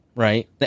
Right